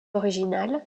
original